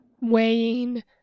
weighing